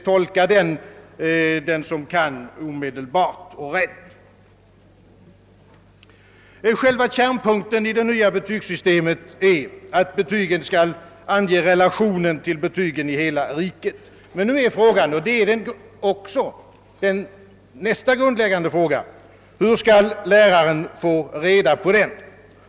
Tolka den omedelbart och rätt den som kan! Själva kärnpunkten i det nya betygssystemet är, att betygen skall ange relationen till betygen i hela riket. Men då är nästa grundläggande spörsmål: »Hur skall läraren få reda på den?